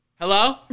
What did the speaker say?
Hello